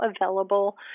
available